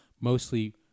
mostly